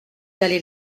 allez